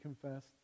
confessed